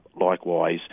likewise